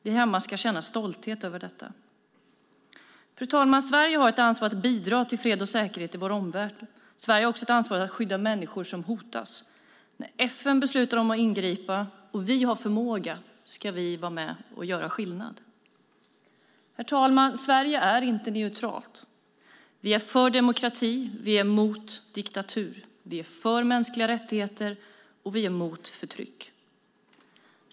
Vi här hemma ska känna stolthet över detta. Herr talman! Sverige har ett ansvar för att bidra till fred och säkerhet i vår omvärld. Sverige har också ett ansvar för att skydda människor som hotas. När FN beslutar att ingripa och vi har förmåga ska vi vara med och göra skillnad. Herr talman! Sverige är inte neutralt. Vi är för demokrati och vi är emot diktatur. Vi är för mänskliga rättigheter och vi är emot förtryck.